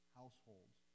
households